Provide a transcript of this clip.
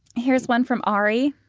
here! s one from ari!